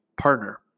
partner